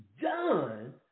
done